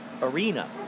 arena